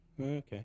Okay